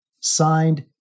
Signed